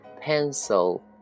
pencil